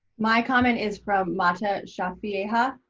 my comment is from mahta shafieha.